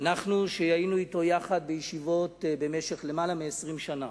אנחנו שהיינו אתו יחד בישיבות במשך יותר מ-20 שנה,